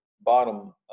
bottom